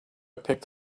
picked